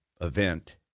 event